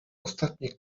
ostatniej